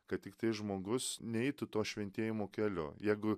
kad tiktai žmogus neitų to šventėjimu keliu jeigu